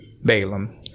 Balaam